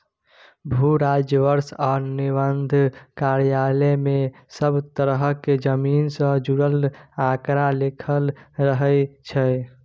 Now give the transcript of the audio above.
भू राजस्व आ निबंधन कार्यालय मे सब तरहक जमीन सँ जुड़ल आंकड़ा लिखल रहइ छै